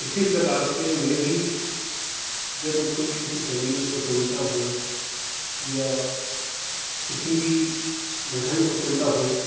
इसी प्रकार से मैं भी जब कोई किसी संगीत को सुनता हूँ या किसी भी भजन को सुनता हूँ